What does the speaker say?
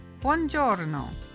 buongiorno